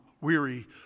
weary